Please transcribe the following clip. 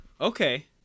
Okay